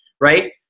right